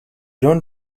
don’t